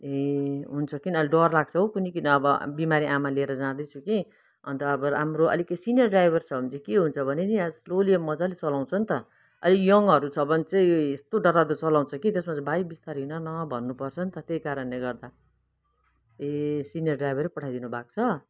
ए हुन्छ किनभने डर लाग्छौ कुन्नि किन अब बिमारी आमा लिएर जाँदैछु कि अन्त अब राम्रो अलिकति सिनियर ड्राइभर छ भने चाहिँ के हुन्छ भने नि अब स्लोली मजाले चलाउँछ नि त अलिक यङहरू छ भने चाहिँ यस्तो डरलाग्दो चलाउँछ कि त्यसमा चाहिँ भाइ बिस्तारी हिँडन भन्नुपर्छ नि त त्यही कारणले गर्दा ए सिनियर ड्राइभरै पठाइदिनु भएको छ